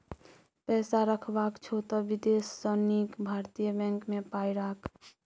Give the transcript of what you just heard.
पैसा रखबाक छौ त विदेशी सँ नीक भारतीय बैंक मे पाय राख